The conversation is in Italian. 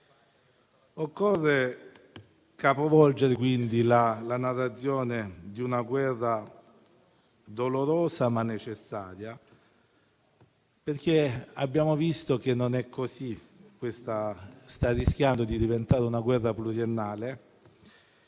Occorre capovolgere, quindi, la narrazione di una guerra dolorosa ma necessaria, perché abbiamo visto che non è così: questa guerra rischia di diventare pluriennale,